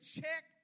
check